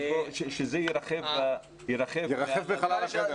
שזה ירחף בחלל החדר.